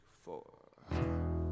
four